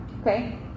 Okay